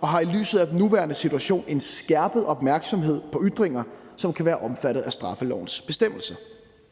Og de har i lyset af den nuværende situation en skærpet opmærksomhed på ytringer, som kan være omfattet af straffelovens bestemmelser.